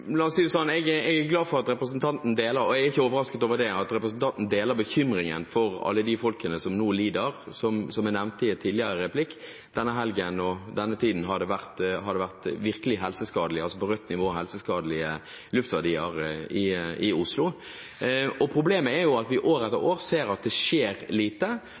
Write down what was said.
og ikke overrasket over at representanten deler bekymringen for alle de folkene som nå lider, som jeg nevnte i en tidligere replikk. Denne helgen og denne tiden har det vært virkelig helseskadelige luftverdier – på rødt nivå – i Oslo. Problemet er at vi år etter år ser at det skjer lite.